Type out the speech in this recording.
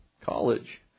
college